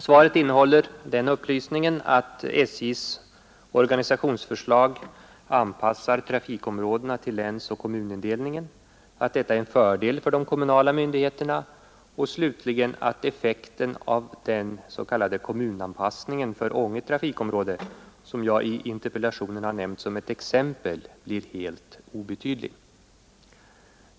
Svaret innehåller den upplysningen att SJ:s organisationsförslag anpassar trafikområdena till länsoch kommunindelningen, att detta är en fördel för de kommunala myndigheterna och slutligen att effekten av den s.k. kommunanpassningen för Ånge trafikområde — som jag i interpellationen har nämnt som ett exempel — blir helt obetydlig.